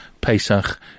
Pesach